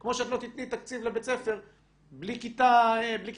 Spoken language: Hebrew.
כמו שאת לא תיתני תקציב לבית ספר בלי כיתת מדעים